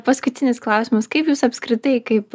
paskutinis klausimas kaip jūs apskritai kaip